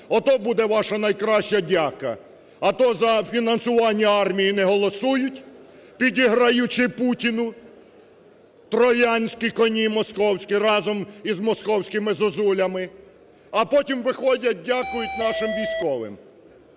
Ото буде ваша найкраща дяка. А то за фінансування армії не голосують підіграючи Путіну, "троянські коні московські" разом із "московськими зозулями", а потім виходять дякують нашим військовим.